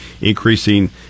increasing